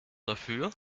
dafür